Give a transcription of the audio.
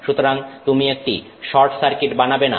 সুতরাং তুমি একটি শর্ট সার্কিট বানাবে না